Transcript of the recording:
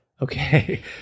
Okay